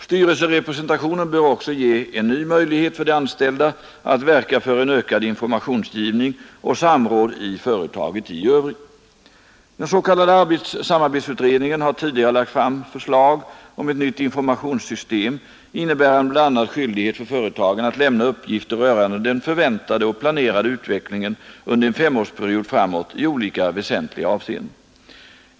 Styrelserepresentationen bör också ge en ny möjlighet för de anställda att verka för en ökad informationsgivning och samråd i företaget i övrigt. Den s.k. samarbetsutredningen har tidigare lagt fram förslag om ett nytt informationssystem innebärande bl.a. skyldighet för företagen att lämna uppgifter rörande den förväntade och planerade utvecklingen under en femårsperiod framåt i olika väsentliga avseenden.